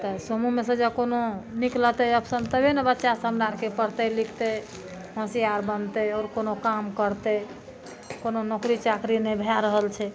तऽ सूमोमे से जऽ कोनो निकलतै एक्शन तबहे ने बच्चा सब हमरा आरके पढ़तै लिखतै होशियार बनतै आओर कोनो काम करतै कोनो नौकरी चाकरी नहि भए रहल छै